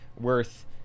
worth